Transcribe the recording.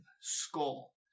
skull